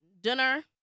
dinner